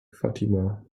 fatima